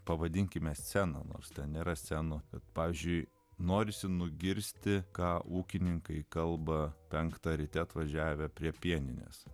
pavadinkime sceną nors ten nėra scenų kad pavyzdžiui norisi nugirsti ką ūkininkai kalba penktą ryte atvažiavę prie pieninės